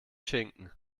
schinken